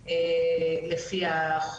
כדי,